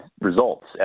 results